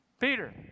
Peter